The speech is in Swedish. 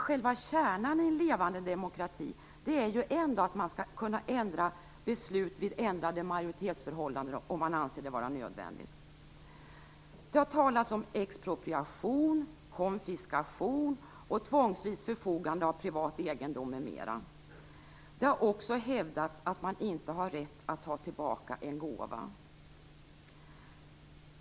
Själva kärnan i en levande demokrati är ju ändå att man skall kunna ändra beslut vid ändrade majoritetsförhållanden, om man anser det vara nödvändigt. Det har talats om expropriation, konfiskation och tvångsvis förfogande över privat egendom m.m. Det har också hävdats att man inte har rätt att ta tillbaka en gåva.